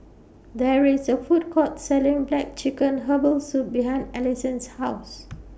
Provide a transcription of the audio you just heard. There IS A Food Court Selling Black Chicken Herbal Soup behind Alisson's House